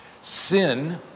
sin